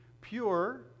pure